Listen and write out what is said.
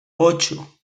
ocho